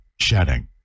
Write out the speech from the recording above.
shedding